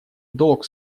долг